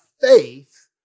faith